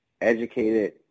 educated